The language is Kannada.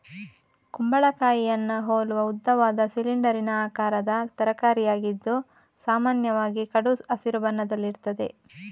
ಕುಂಬಳಕಾಯಿಯನ್ನ ಹೋಲುವ ಉದ್ದವಾದ, ಸಿಲಿಂಡರಿನ ಆಕಾರದ ತರಕಾರಿಯಾಗಿದ್ದು ಸಾಮಾನ್ಯವಾಗಿ ಕಡು ಹಸಿರು ಬಣ್ಣದಲ್ಲಿರ್ತದೆ